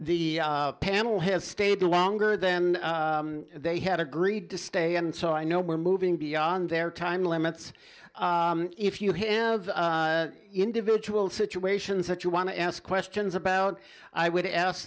the panel has stayed longer than they had agreed to stay and so i know we're moving beyond their time limits if you him individual situations that you want to ask questions about i would ask